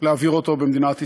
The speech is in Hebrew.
להעביר אותו במדינת ישראל,